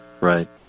right